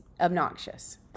obnoxious